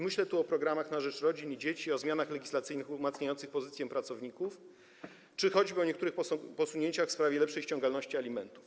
Myślę tu o programach na rzecz rodzin i dzieci, o zmianach legislacyjnych umacniających pozycję pracowników czy choćby o niektórych posunięciach w sprawie lepszej ściągalności alimentów.